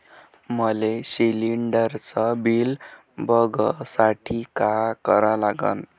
मले शिलिंडरचं बिल बघसाठी का करा लागन?